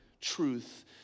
truth